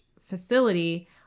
facility